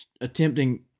attempting